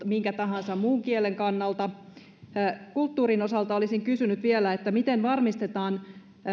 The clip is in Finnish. minkä tahansa muun kielen oppimisen kannalta kulttuurin osalta olisin kysynyt vielä miten varmistetaan